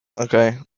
okay